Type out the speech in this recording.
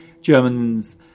Germans